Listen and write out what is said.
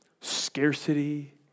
scarcity